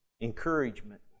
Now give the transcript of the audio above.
encouragement